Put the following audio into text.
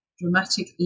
dramatic